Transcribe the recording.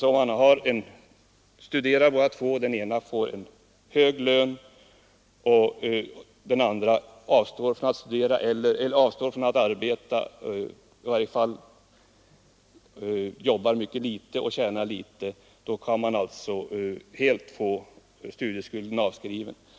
— Det är kanske svårt att förklara, men om båda makarna studerar och den ena maken får en hög lön, medan den andra avstår från att arbeta eller i varje fall tjänar mycket litet, kan dennas studieskuld avskrivas helt.